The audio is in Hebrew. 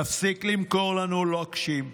תפסיק למכור לנו לוקשים,